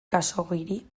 khaxoggiri